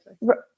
Right